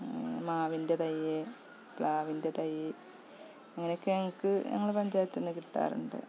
മാവിന്റെ തൈയ് പ്ലാവിന്റെ തൈ അങ്ങനെയൊക്കെ ഞങ്ങൾക്ക് ഞങ്ങളുടെ പഞ്ചായത്തു നിന്നു കിട്ടാറുണ്ട്